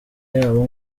yabo